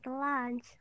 lunch